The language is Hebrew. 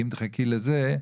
כי אם תחכי לזה,